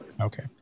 Okay